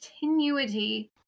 Continuity